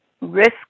risk